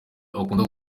akunda